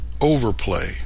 overplay